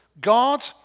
God